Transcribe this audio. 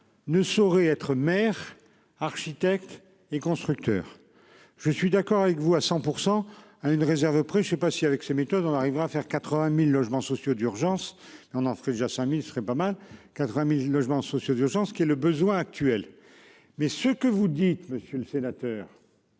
ne saurait être maire architectes et constructeurs. Je suis d'accord avec vous à 100 pour % à une réserve près, je sais pas si avec ses méthodes on arrivera à faire 80.000 logements sociaux d'urgence et on parce déjà 5000 ce serait pas mal. 80.000 logements sociaux d'urgence qui est le besoin actuel. Mais ce que vous dites monsieur le sénateur.